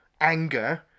anger